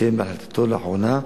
וציין בהחלטתו לאחרונה,